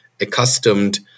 accustomed